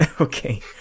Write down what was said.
Okay